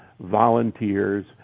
volunteers